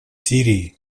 сирии